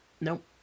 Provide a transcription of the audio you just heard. Nope